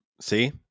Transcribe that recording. See